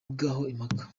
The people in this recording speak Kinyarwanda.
impaka